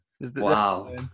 Wow